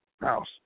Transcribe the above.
House